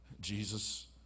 Jesus